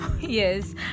yes